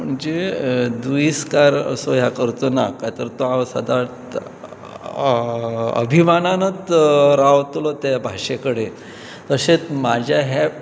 म्हणजे दुयीस्कार असो ह्या करचो ना तर तो हांव सदां अभिमानानूच रावतलो त्या भाशे कडेन तशेंच म्हाज्या हे